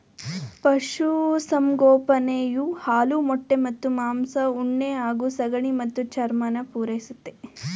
ಪಶುಸಂಗೋಪನೆಯು ಹಾಲು ಮೊಟ್ಟೆ ಮತ್ತು ಮಾಂಸ ಉಣ್ಣೆ ಹಾಗೂ ಸಗಣಿ ಮತ್ತು ಚರ್ಮನ ಪೂರೈಸುತ್ತೆ